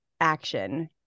action